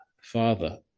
Father